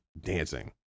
dancing